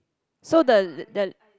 so the the